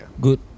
Good